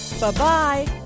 Bye-bye